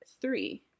three